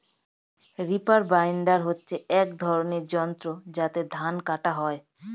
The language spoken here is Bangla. রিপার বাইন্ডার হচ্ছে এক ধরনের যন্ত্র যাতে ধান কাটা হয়